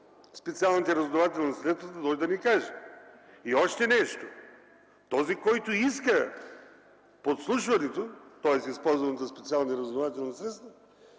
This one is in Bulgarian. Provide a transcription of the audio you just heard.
специалните разузнавателни средства, да дойде да ни каже. Още нещо, този, който иска подслушването, тоест използването на специалните разузнавателни средства,